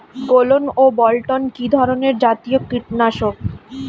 গোলন ও বলটন কি ধরনে জাতীয় কীটনাশক?